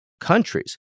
countries